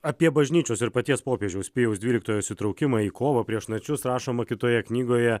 apie bažnyčios ir paties popiežiaus pijaus dvyliktojo įsitraukimą į kovą prieš nacius rašoma kitoje knygoje